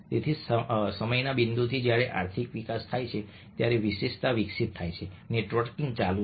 તેથી સમયના બિંદુથી જ્યારે આર્થિક વિકાસ થાય છે વિશેષતા વિકસિત થાય છે નેટવર્કિંગ ચાલુ છે